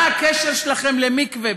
מה הקשר שלכם למקווה?